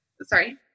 Sorry